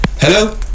Hello